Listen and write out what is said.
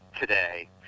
today